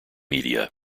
media